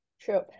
True